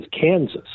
Kansas